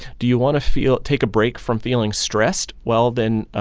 do you want to feel take a break from feeling stressed? well, then,